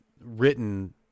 written